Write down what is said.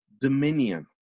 dominion